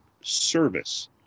service